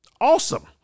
awesome